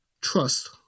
Trust